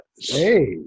Hey